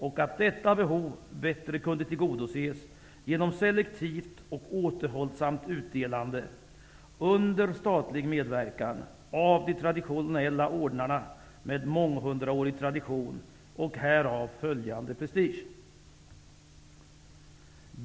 Detta behov skulle bättre kunna tillgodoses genom selektivt och återhållsamt utdelande av de traditionella ordnarna under statlig medverkan. På så sätt skulle man vidmakthålla en månghundraårig tradition och därmed följande prestige. Fru talman!